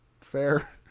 Fair